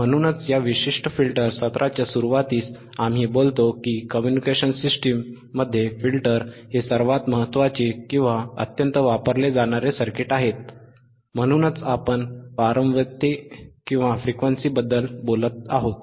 म्हणूनच या विशिष्ट फिल्टर सत्राच्या सुरूवातीस आम्ही बोललो की कम्युनिकेशन सिस्टममध्ये फिल्टर हे सर्वात महत्वाचे किंवा अत्यंत वापरले जाणारे सर्किट आहेत म्हणूनच आपण वारंवारतेबद्दल बोलत आहोत